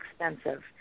expensive